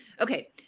Okay